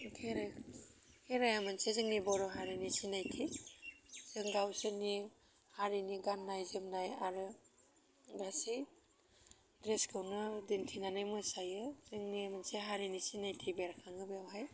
खेराइ खेराइया मोनसे जोंनि बर' हारिनि सिनायथि जों गावसिनि हारिनि गान्नाय जोमनाय आरो गासै ड्रेसखौनो दिन्थिनानै मोसायो जोंनि मोनसे हारिनि सिनायथि बेरखाङो बेवहाय